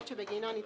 ביקשנו להקל.